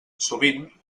sovint